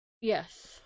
Yes